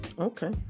okay